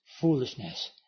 foolishness